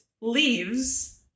leaves